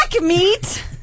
meat